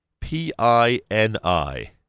P-I-N-I